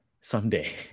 someday